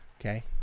okay